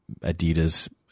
Adidas